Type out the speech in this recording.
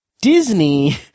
disney